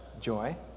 Joy